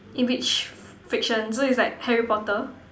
in which fiction so its like Harry Potter